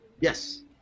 yes